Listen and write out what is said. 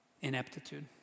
ineptitude